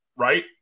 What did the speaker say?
Right